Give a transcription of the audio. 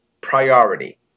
priority